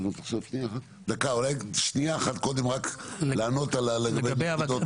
--- אולי שנייה אחת קודם רק לענות לגבי הוועדות.